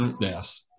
yes